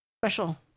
Special